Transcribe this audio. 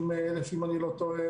30,000, אם אני לא טועה.